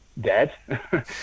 dead